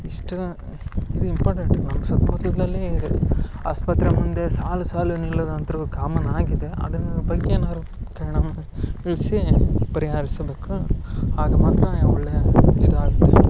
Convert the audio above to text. ಇಷ್ಟ್ ಇದ್ ಇಂಪಾರ್ಟೆಂಟ್ ನಮ್ಮ ಸುತ್ ಮುತ್ಲುಗಳಲ್ಲಿ ಇದು ಆಸ್ಪತ್ರೆ ಮುಂದೆ ಸಾಲ್ ಸಾಲ್ ನಿಲ್ಲೋದಂತ್ರು ಕಾಮನ್ ಆಗಿದೆ ಅದನ್ ಬಗ್ಗೆ ಏನಾರು ತಿಳ್ಸಿ ಪರಿಹಾರಿಸಬೇಕು ಆಗ ಮಾತ್ರ ಒಳ್ಳೆಯ ಇದಾಗುತ್ತೆ